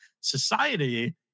society